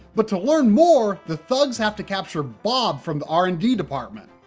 but to learn more, the thugs have to capture bob from the r and d department.